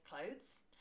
clothes